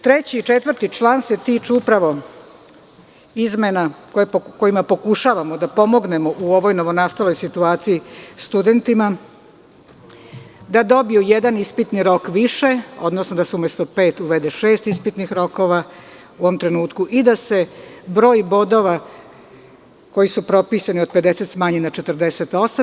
Treći i četvrti član se tiču upravo izmena kojima pokušavamo da pomognemo studentima u ovoj novonastaloj situaciji, da dobiju jedan ispitni rok više, odnosno da se umesto pet uvede šest ispitnih rokova u ovom trenutku i da se broj bodova koji su propisani od 50 smanji na 48.